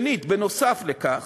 נוסף על כך,